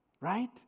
right